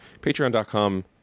Patreon.com